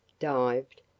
dived